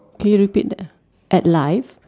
can you repeat that at life